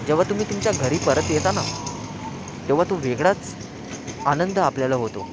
जेव्हा तुम्ही तुमच्या घरी परत येता ना तेव्हा तो वेगळाच आनंद आपल्याला होतो